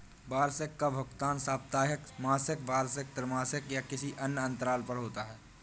वार्षिकी का भुगतान साप्ताहिक, मासिक, वार्षिक, त्रिमासिक या किसी अन्य अंतराल पर होता है